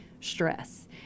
stress